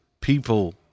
people